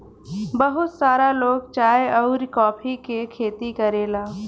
बहुत सारा लोग चाय अउरी कॉफ़ी के खेती करेला